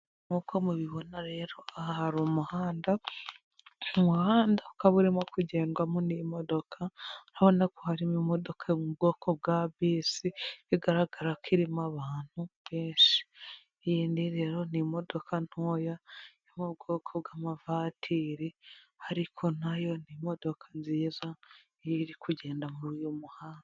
Nk'uko mubibona rero aha hari umuhanda, umuhanda ukaba urimo kugendwamo n'imodoka urabona ko harimo imodoka yo mu bwoko bwa bisi bigaragara ko irimo abantu benshi, iyindi rero ni imodoka ntoya yo mu bwoko bw'amavatiri ariko na yo ni imodoka nziza, iri kugenda muri uyu muhanda.